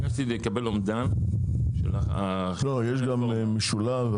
ביקשתי לקבל אומדן של --- יש גם משולב,